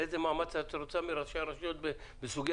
איזה מאמץ את רוצה מראשי הרשויות בסוגית